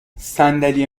صندلی